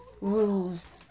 rules